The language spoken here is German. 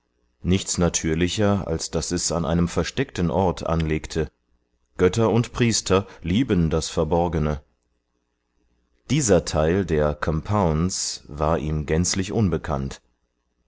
nichts natürlicher als daß es an einem versteckten ort anlegte götter und priester lieben das verborgene dieser teil der compounds the compounds verdorben aus dem portugiesischen campana war ihm gänzlich unbekannt